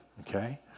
okay